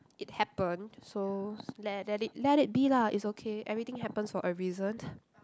it happen so let let it let it be lah it's okay everything happens for a reason